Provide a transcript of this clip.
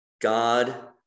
God